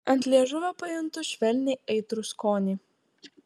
ant liežuvio pajuntu švelniai aitrų skonį